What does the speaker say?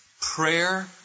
Prayer